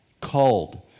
called